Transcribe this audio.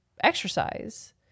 exercise